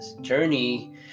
journey